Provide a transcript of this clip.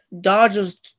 Dodgers